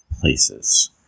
places